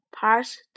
passed